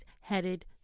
headed